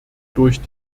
durch